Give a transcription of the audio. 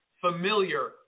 familiar